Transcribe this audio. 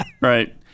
Right